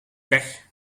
pech